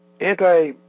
anti